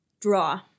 Draw